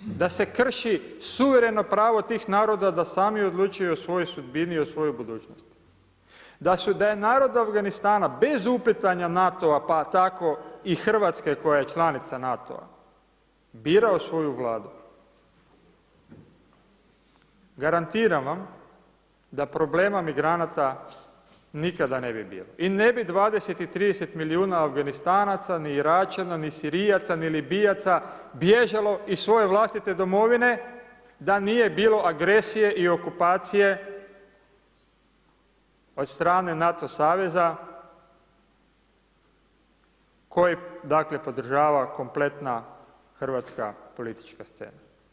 da se krši suvereno pravo tih naroda da sami odlučuju o svojoj sudbini i svojoj budućnosti, da je narod Afganistana bez uplitanja NATO-a, pa tako i Hrvatske koja je članica NATO-a, birao svoju Vladu, garantiram vam da problema migranata nikada ne bi bilo, i ne bi 20 i 30 milijuna Afganistanaca, ni Iračana, ni Sirijaca, ni Libijaca, bježalo iz svoje vlastite domovine, da nije bilo agresije i okupacije od strane NATO saveza, koji dakle podržava kompletna hrvatska politička scena.